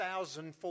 2004